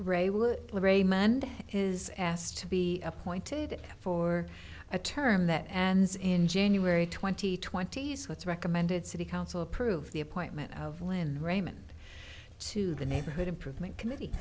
raymond is asked to be appointed for a term that ans in january twenty twentieth's what's recommended city council approve the appointment of land raman to the neighborhood improvement committee